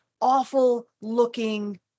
awful-looking